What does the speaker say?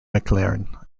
mclaren